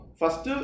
first